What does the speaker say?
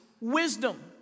wisdom